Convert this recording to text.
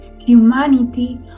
Humanity